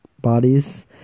bodies